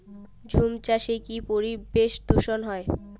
ঝুম চাষে কি পরিবেশ দূষন হয়?